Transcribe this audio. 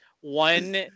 one